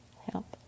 help